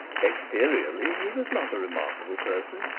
exteriorly, he was not a remarkable person.